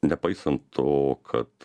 nepaisant to kad